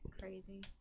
Crazy